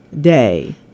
Day